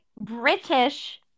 British